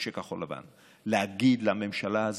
אנשי כחול לבן, להגיד לממשלה הזאת,